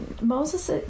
Moses